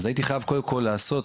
אז הייתי חייב קודם כל לעשות